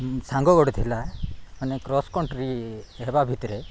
ସାଙ୍ଗ ଗୋଟେ ଥିଲା ମାନେ କ୍ରସ୍ କଣ୍ଟ୍ରି ହେବା ଭିତରେ